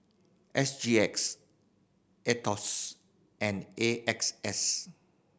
S G X Aetos and A X S